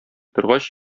торгач